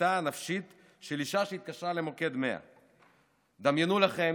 מצוקתה הנפשית של אישה שהתקשרה למוקד 100. דמיינו לכם,